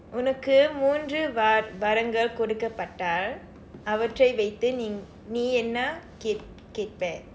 உனக்கு மூன்று வாரங்கள் கொடுக்கப்பட்டால் அவற்றை வைத்து நீ நீ என்ன கேட் கேட்ப:unakkku munru vaarangkal kodukkappatdaal avarrai vaiththu nii nii enna keet keetpa